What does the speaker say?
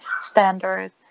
standard